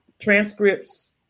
transcripts